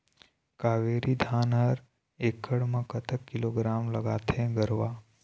कावेरी धान हर एकड़ म कतक किलोग्राम लगाथें गरवा?